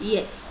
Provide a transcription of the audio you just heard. Yes